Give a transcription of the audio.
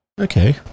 Okay